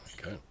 Okay